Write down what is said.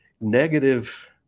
negative